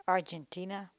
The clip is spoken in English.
Argentina